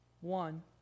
one